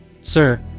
Sir